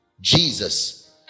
Jesus